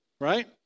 right